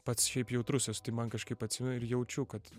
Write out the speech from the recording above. pats šiaip jautrus esu tai man kažkaip atsimenu ir jaučiu kad